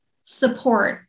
support